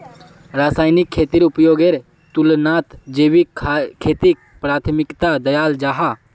रासायनिक खेतीर उपयोगेर तुलनात जैविक खेतीक प्राथमिकता दियाल जाहा